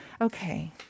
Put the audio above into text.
Okay